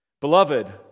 Beloved